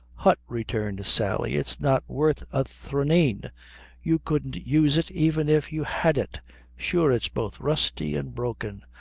hut, returned sally, it's not worth a thraneen you couldn't use it even if you had it sure it's both rusty and broken.